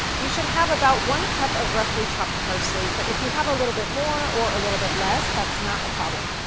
you should have about one cup of roughly chopped parsley but if you have a little bit more or a little bit less, that's not a problem.